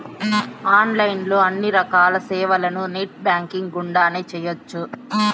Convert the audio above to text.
online లో అన్ని రకాల సేవలను నెట్ బ్యాంకింగ్ గుండానే చేయ్యొచ్చు